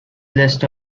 list